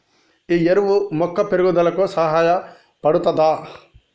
ఈ ఎరువు మొక్క పెరుగుదలకు సహాయపడుతదా?